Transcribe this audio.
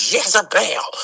Jezebel